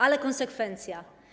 Ale konsekwencja.